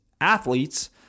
athletes